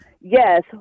yes